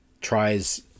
tries